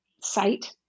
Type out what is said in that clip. site